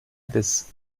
des